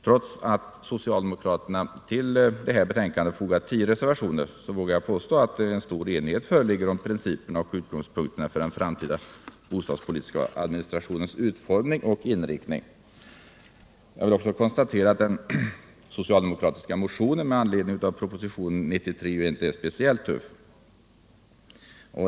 Trots att socialdemokraterna till betänkandet fogat tio reservationer vågar jag påstå att en stor enighet föreligger om principerna och utgångspunkterna för den framtida bostadspolitiska administrationens utformning och inriktning. Jag vill också konstatera att den socialdemokratiska motionen med anledning av propositionen 93 inte är speciellt tuff.